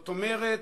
זאת אומרת,